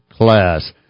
class